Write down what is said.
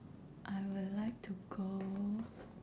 I would like to go